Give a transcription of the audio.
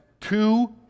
two